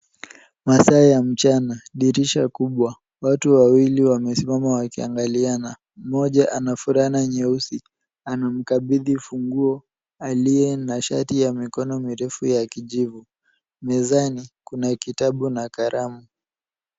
Masaa ya mchana dirisha kubwa watu wawili wamesimama wakiangaliana moja ana fulana nyeusi anamkapiti funguo aliye na shati ya mkono mirefu ya kijivu. Mezani kuna kitabu na kalamu.